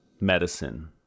medicine